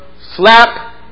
slap